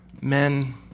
men